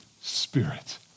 Spirit